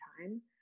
time